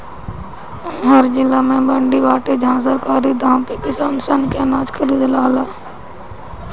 हर जिला में मंडी बाटे जहां सरकारी दाम पे किसान सन के अनाज खरीदाला